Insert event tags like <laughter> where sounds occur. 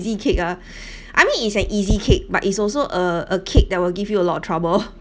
easy cake ah I mean it's an easy cake but it's also a a cake that will give you a lot of trouble <laughs>